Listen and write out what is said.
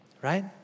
right